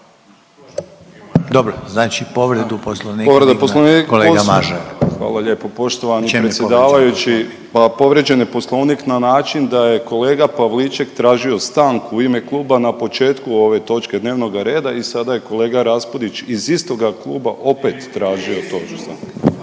U čemu je povrijeđen Poslovnik?./… Pa povrijeđen je Poslovnik na način da je kolega Pavliček tražio stanku u ime kluba na početku ove točke dnevnoga reda i sada je kolega Raspudić iz istoga kluba opet tražio …/Govornik